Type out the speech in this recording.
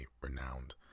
renowned